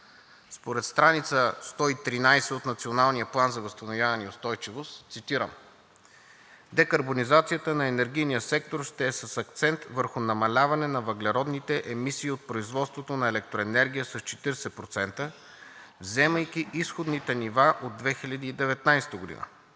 Според страница 113 от Националния план за възстановяване и устойчивост, цитирам: „Декарбонизацията на енергийния сектор ще е с акцент върху намаляване на въглеродните емисии от производството на електроенергия с 40%, вземайки изходните нива от 2019 г.